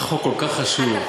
החוק כל כך חשוב.